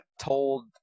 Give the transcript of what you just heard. told